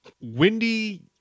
Windy